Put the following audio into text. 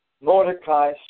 Mordecai